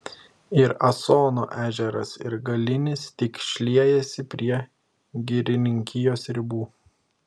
ir asono ežeras ir galinis tik šliejasi prie girininkijos ribų